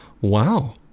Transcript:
Wow